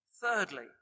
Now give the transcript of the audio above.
Thirdly